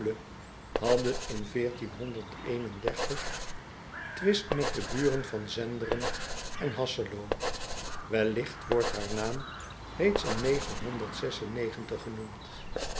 hadden in twist met de buren van enderen en asselo elligt wordt haar naam reeds in genoemd